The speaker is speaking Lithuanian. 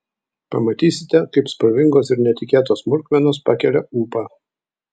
pamatysite kaip spalvingos ir netikėtos smulkmenos pakelia ūpą